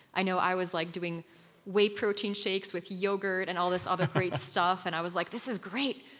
i know i was like doing whey protein shakes with yogurt and all this other great stuff, and i was like, this is great!